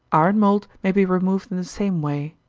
iron mould may be removed in the same way.